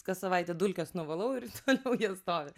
kas savaitę dulkes nuvalau ir toliau jie stovi